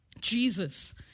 Jesus